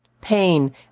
Pain